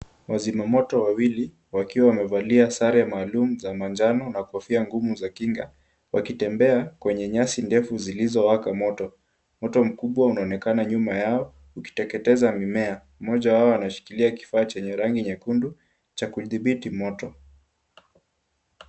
Wazima moto wawili wakiwa wamevalia sare maalum za manjano na kofia ngumu za kinga wakitembea kwenye nyasi ndefu zilizowaka moto. Moto mkubwa unaonekana nyuma yao ukiteketeza mimea, mmoja wao anashikilia kifaa chenye rangi nyekundu cha kudhibiti moto.